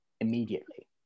immediately